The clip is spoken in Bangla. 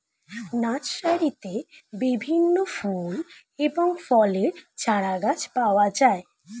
নার্সারিতে বিভিন্ন ফুল এবং ফলের চারাগাছ পাওয়া যায়